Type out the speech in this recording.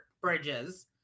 Bridges